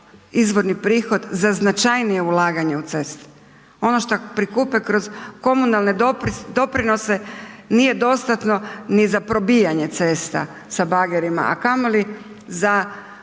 izvorni prihod za značajnije ulaganje u ceste. Ono šta prikupe kroz komunalne doprinose nije dostatno ni za probijanje ceste sa bagerima a kamoli za